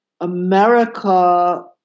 America